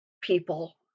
people